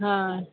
हा